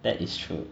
that is true